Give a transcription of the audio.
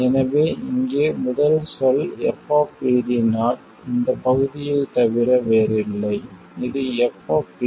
எனவே இங்கே முதல் சொல் f இந்த பகுதியைத் தவிர வேறில்லை இது f